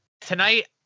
tonight